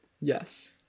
yes